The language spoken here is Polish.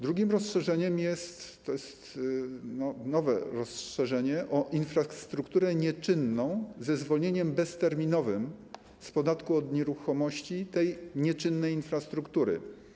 Drugim rozszerzeniem jest nowe rozszerzenie o infrastrukturę nieczynną ze zwolnieniem bezterminowym z podatku od nieruchomości tej nieczynnej infrastruktury.